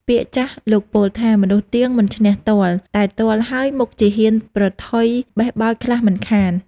ពាក្យចាស់លោកពោលថា មនុស្សទៀងមិនឈ្នះទ័ល តែទ័លហើយ មុខជាហ៊ានប្រថុយបេះបោចខ្លះមិនខាន ។